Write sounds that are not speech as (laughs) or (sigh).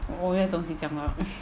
我我没有东西讲了 (laughs)